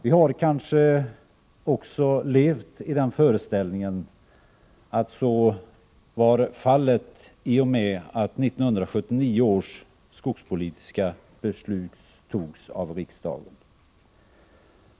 Vi har kanske också levt i den föreställningen att så var fallet i och med att 1979 års skogspolitiska beslut togs av riksdagen.